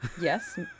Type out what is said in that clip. Yes